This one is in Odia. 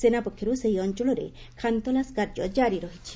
ସେନା ପକ୍ଷର୍ ସେହି ଅଞ୍ଚଳରେ ଖାନତଲାସ୍ କାର୍ଯ୍ୟ ଜାରି ରହିଛି